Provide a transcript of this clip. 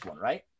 right